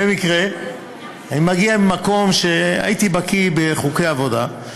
אני מגיע ממקום שהייתי בקיא בחוקי עבודה.